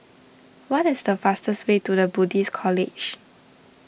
what is the fastest way to the Buddhist College